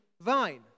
vine